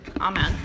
Amen